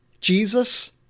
Jesus